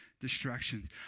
distractions